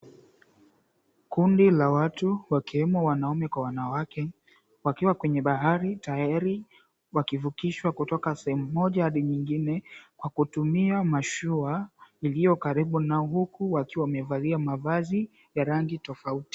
Kundi la watu wakiwemo wanaume kwa wanawake, wakiwa kwenye bahari tayari wakivukishwa kutoka sehemu moja hadi nyingine kwa kutumia mashua iliyo karibu na huku wakiwa wamevalia mavazi ya rangi tofauti.